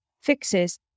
fixes